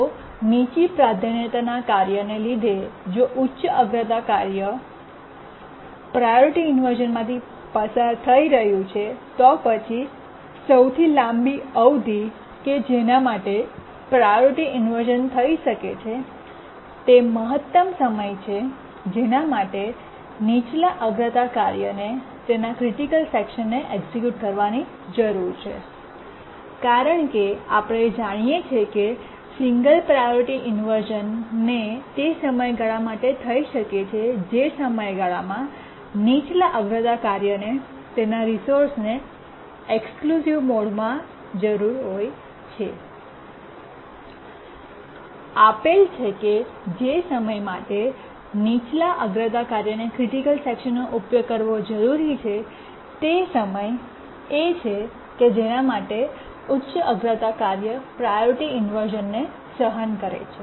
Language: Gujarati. જો નીચા પ્રાધાન્યતાના કાર્યને લીધે જો ઉચ્ચ અગ્રતા કાર્ય અગ્રતા પ્રાયોરિટી ઇન્વર્શ઼ન માંથી પસાર થઈ રહ્યું છે તો પછી સૌથી લાંબી અવધિ કે જેના માટે પ્રાયોરિટી ઇન્વર્શ઼ન થઈ શકે છે તે મહત્તમ સમય છે જેના માટે નીચલા અગ્રતા કાર્યને તેના ક્રિટિકલ સેકશનને એક્સિક્યૂટ કરવાની જરૂર છે કારણ કે આપણે જાણીએ છીએ કે સિંગલ પ્રાયોરિટી ઇન્વર્શ઼ન તે સમયગાળા માટે થઈ શકે છે જે સમયગાળામાં નીચલા અગ્રતા કાર્યને તેના રિસોર્સને એક્સક્લૂસિવ મોડ ની જરૂર હોય છે આપેલ છે કે જે સમય માટે નીચલા અગ્રતા કાર્યને ક્રિટિકલ સેકશનનો ઉપયોગ કરવો જરૂરી છે તે સમય એ છે કે જેના માટે ઉચ્ચ અગ્રતા કાર્ય પ્રાયોરિટી ઇન્વર્શ઼ન ને સહન કરે છે